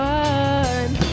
one